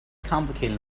complicated